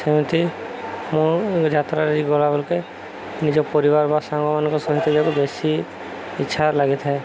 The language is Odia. ସେମିତି ମୁଁ ଯାତ୍ରାରେ ଗଲା ବେଲକେ ନିଜ ପରିବାର ବା ସାଙ୍ଗମାନଙ୍କ ସହିତ ଯିବାକୁ ବେଶି ଇଚ୍ଛା ଲାଗିଥାଏ